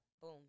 Boom